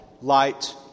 light